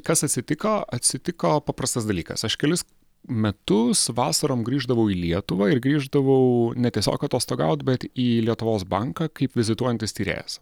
kas atsitiko atsitiko paprastas dalykas aš kelis metus vasarom grįždavau į lietuvą ir grįždavau ne tiesiog atostogaut bet į lietuvos banką kaip vizituojantis tyrėjas